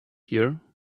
year